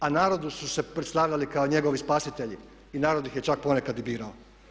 A narodu su se predstavljali kao njegovi spasitelji i narod ih je čak ponekad i birao.